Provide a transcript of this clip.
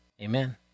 Amen